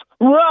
run